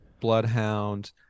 bloodhound